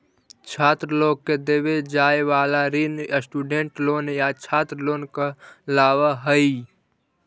छात्र लोग के देवे जाए वाला ऋण स्टूडेंट लोन या छात्र लोन कहलावऽ हई